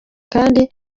kandi